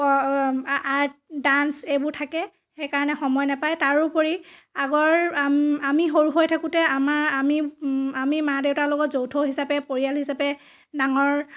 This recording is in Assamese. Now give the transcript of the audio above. আৰ্ট ডান্স এইবোৰ থাকে সেইকাৰণে সময় নাপায় তাৰোপৰি আগৰ আম আমি সৰু হৈ থাকোঁতে আমাৰ আমি আমি মা দেউতাৰ লগত যৌথ হিচাপে পৰিয়াল হিচাপে ডাঙৰ